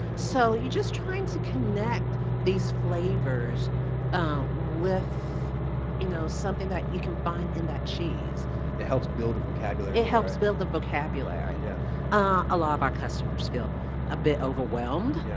so, you just try and to connect these flavors um with you know something that you can find in that cheese it helps build vocabulary it helps build a vocabulary. and yeah ah a lot of our customers feel a bit overwhelmed. yeah